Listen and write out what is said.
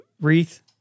wreath